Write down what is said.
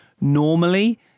Normally